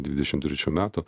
dvidešim trečių metų